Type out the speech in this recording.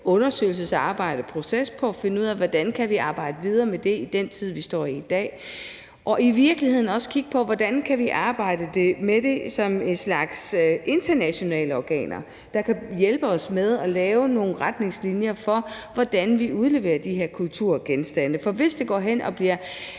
undersøgelsesarbejde og en proces for at finde ud af, hvordan vi kan arbejde videre med det i den tid, vi står i i dag, og i virkeligheden også kigge på, hvordan vi kan arbejde med det i en slags internationale organer, der kan hjælpe os med at lave nogle retningslinjer for, hvordan vi udleverer de her kulturgenstande. For hvis der går hen og bliver